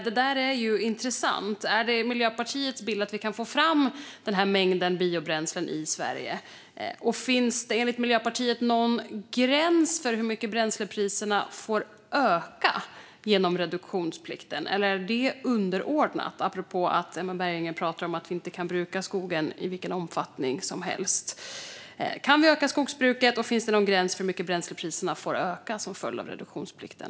Det är intressant. Är det Miljöpartiets bild att vi kan få fram den mängden biobränslen i Sverige? Finns det enligt Miljöpartiet någon gräns för hur mycket bränslepriserna får öka genom reduktionsplikten, eller är det underordnat? Det är apropå att Emma Berginger talar om att vi inte kan bruka skogen i vilken omfattning som helst. Kan vi öka skogsbruket? Finns det någon gräns för hur mycket bränslepriserna får öka till följd av reduktionsplikten?